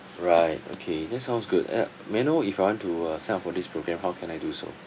right okay that sounds good and uh may I know if I want to uh sign up for this program how can I do so